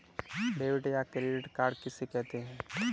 Debit या credit card किसे कहते हैं?